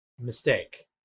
Mistake